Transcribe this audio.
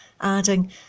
adding